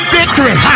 victory